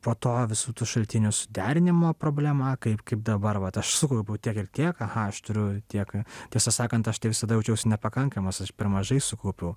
po to visų tų šaltinių suderinimo problema kaip kaip dabar vat aš sukaupiau tiek ir tiek aha aš turiu tiek tiesą sakant aš tai visada jaučiausi nepakankamas aš per mažai sukaupiau